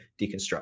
deconstruct